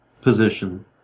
position